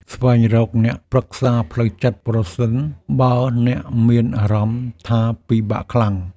ស្វែងរកអ្នកប្រឹក្សាផ្លូវចិត្ត ប្រសិនបើអ្នកមានអារម្មណ៍ថាពិបាកខ្លាំង។